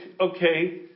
okay